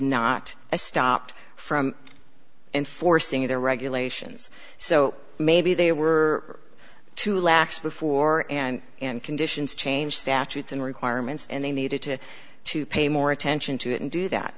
not a stopped from enforcing their regulations so maybe they were too lax before and in conditions change statutes requirements and they needed to to pay more attention to it and do that